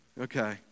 Okay